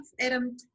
Adam